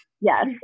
Yes